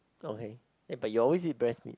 okay but you always eat breast meat